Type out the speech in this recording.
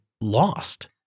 lost